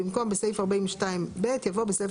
במקום "בסעיף 42(ב)" יבוא "בסעיף